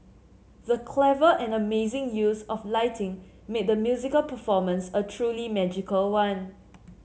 the clever and amazing use of lighting made the musical performance a truly magical one